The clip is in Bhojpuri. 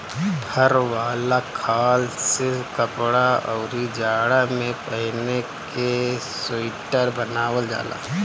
फर वाला खाल से कपड़ा, अउरी जाड़ा में पहिने के सुईटर बनावल जाला